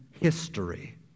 history